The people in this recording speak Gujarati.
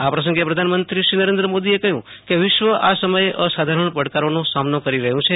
આ પ્રસંગે પધાનમંત્રો શ્રી નરેન્દ્ર મોદીએ કહય કે વિશ્વ આ સમયે અસાધારણ પડકારોનો સામનો કરી રહયું છે